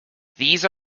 these